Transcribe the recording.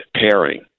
pairing